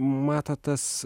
matot tas